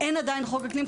עדיין אין חוק אקלים.